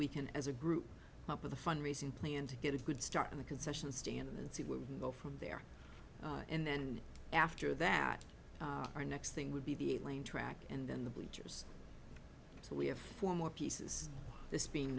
we can as a group up with a fundraising plan to get a good start in the concession stand and see what would go from there and then after that our next thing would be the eight lane track and then the bleachers so we have four more pieces this being